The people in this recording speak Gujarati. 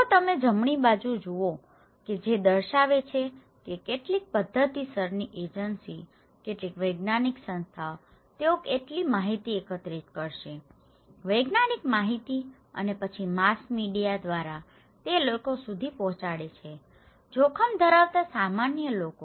જો તમે જમણી બાજુ જુઓ કે જે દર્શાવે છે કે કેટલીક પદ્ધતિસરની એજન્સી કેટલીક વૈજ્ઞાનીક સંસ્થાઓ તેઓ માહિતી એકત્રિત કરશે વૈજ્ઞાનિક માહિતી અને પછી માસ મીડિયા દ્વારા તે લોકો સુધી પહોંચાડે છે જોખમ ધરાવતા સામાન્ય લોકો